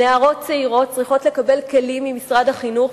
נערות צעירות צריכות לקבל כלים ממשרד החינוך,